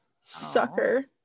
sucker